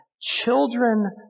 Children